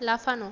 লাফানো